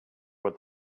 what